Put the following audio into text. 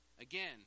again